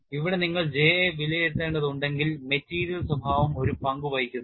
ഇവിടെ നിങ്ങൾ J യെ വിലയിരുത്തേണ്ടതുണ്ടെങ്കിൽ മെറ്റീരിയൽ സ്വഭാവവും ഒരു പങ്കുവഹിക്കുന്നു